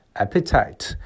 appetite